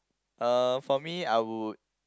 uh for me I would